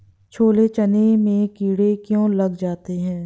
छोले चने में कीड़े क्यो लग जाते हैं?